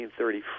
1934